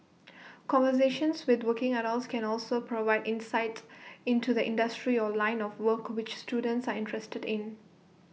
conversations with working adults can also provide insight into the industry or line of work which students are interested in